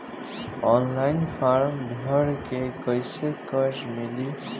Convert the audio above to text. Online form भर के कैसे कर्जा मिली?